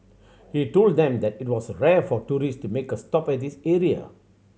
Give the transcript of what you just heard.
he told them that it was rare for tourist to make a stop at this area